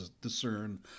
discern